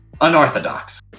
unorthodox